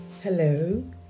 Hello